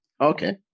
Okay